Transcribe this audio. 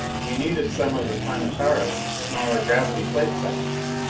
we needed some of the planetara's smaller gravity plate sections.